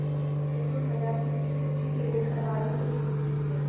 रेगुड़ मृदा किसकी कृषि के लिए सर्वाधिक उपयुक्त होती है?